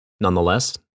Nonetheless